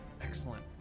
excellent